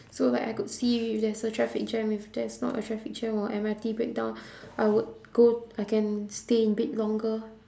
so like I could see if there's a traffic jam if there's not a traffic jam or M_R_T breakdown I would go I can stay in bed longer